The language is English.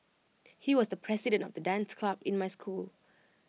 he was the president of the dance club in my school